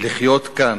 לחיות כאן,